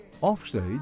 offstage